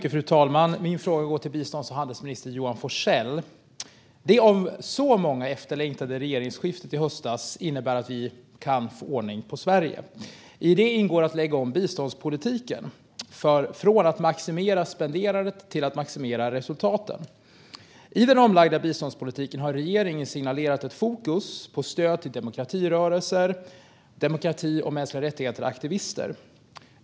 Fru talman! Min fråga går till bistånds och handelsminister Johan Forssell. Det av så många efterlängtade regeringsskiftet i höstas innebär att vi kan få ordning på Sverige. I detta ingår att lägga om biståndspolitiken från att maximera spenderandet till att maximera resultaten. I den omlagda biståndspolitiken har regeringen signalerat ett fokus på stöd till demokratirörelser, demokrati och människorättsaktivister.